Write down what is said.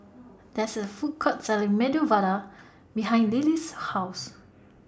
There IS A Food Court Selling Medu Vada behind Lily's House